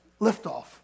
Liftoff